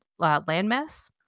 landmass